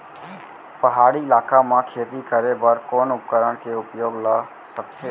पहाड़ी इलाका म खेती करें बर कोन उपकरण के उपयोग ल सकथे?